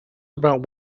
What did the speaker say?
about